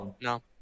No